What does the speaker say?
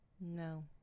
no